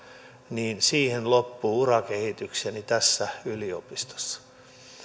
niin siihen loppuu urakehitykseni tässä yliopistossa